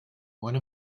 one